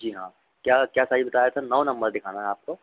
जी हाँ क्या क्या साइज़ बताया था नौ नंबर दिखाना है आपको